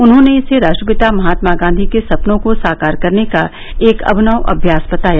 उन्होंने इसे राष्ट्रपिता महात्मा गांधी के सपनों को साकार करने का एक अभिनव अभ्यास बताया